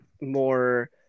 more